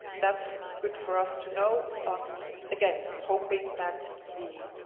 that's good for us to know. um again, hoping that the,